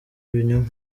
ibinyoma